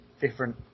different